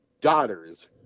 daughters